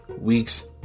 week's